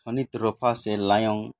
ᱛᱷᱟᱱᱤᱛ ᱨᱚᱯᱷᱟ ᱥᱮ ᱞᱟᱭᱚᱝ